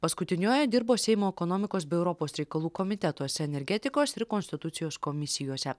paskutiniuoju dirbo seimo ekonomikos bei europos reikalų komitetuose energetikos ir konstitucijos komisijose